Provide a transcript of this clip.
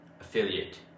affiliate